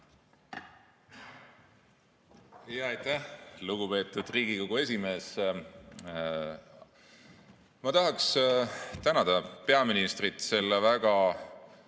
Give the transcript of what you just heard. Aitäh, lugupeetud Riigikogu esimees! Ma tahaks tänada peaministrit selle väga